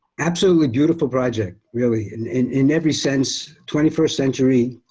absolutely beautiful project really in in in every sense twenty first century.